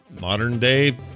modern-day